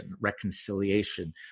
reconciliation